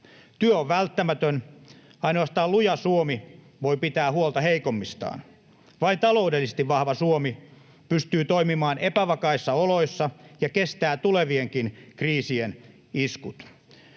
Työ on välttämätön. Ainoastaan luja Suomi voi pitää huolta heikommistaan. Vain taloudellisesti vahva Suomi pystyy toimimaan epävakaissa oloissa ja kestää tulevienkin kriisien iskut.